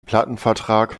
plattenvertrag